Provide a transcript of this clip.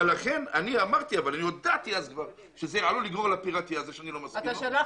אבל אני הודעתי אז כבר שזה עלול לגרור פירטיות שאני לא מסכים לה.